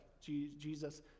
Jesus